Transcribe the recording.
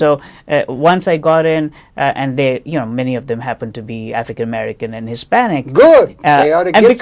so once i got in and they you know many of them happened to be african american and hispanic